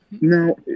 no